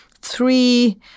three